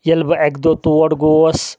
ییٚلہِ بہٕ اکہِ دۄہ تور گوٚوس